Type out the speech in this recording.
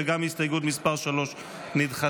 וגם הסתייגות מס' 3 נדחתה.